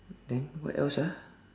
then what else ah